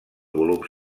volums